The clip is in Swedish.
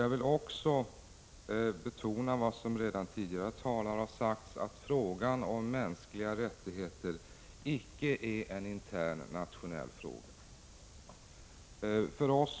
Jag vill också betona vad tidigare talare har sagt, nämligen att frågan om mänskliga rättigheter icke är en intern nationell fråga.